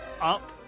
up